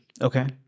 Okay